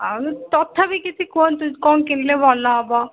ଆଉ ତଥାପି କିଛି କୁହନ୍ତୁ କ'ଣ କିଣିଲେ ଭଲ ହେବ